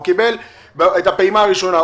הוא קיבל את הפעימה הראשונה.